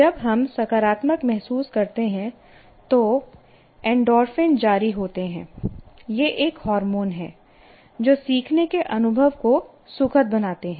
जब हम सकारात्मक महसूस करते हैं तो एंडोर्फिन जारी होते हैं यह एक हार्मोन है जो सीखने के अनुभव को सुखद बनाते हैं